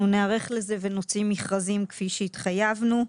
ניערך לזה ונוציא מכרזים כפי שהתחייבנו.